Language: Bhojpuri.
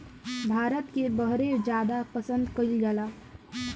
भारत के बहरे जादा पसंद कएल जाला